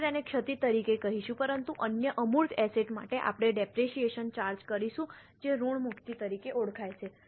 આપણે તેને ક્ષતિ તરીકે કહીશું પરંતુ અન્ય અમૂર્ત એસેટ માટે આપણે ડેપરેશીયેશન ચાર્જ કરીશું જે ઋણમુક્તિ તરીકે ઓળખાય છે